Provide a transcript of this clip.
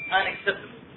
unacceptable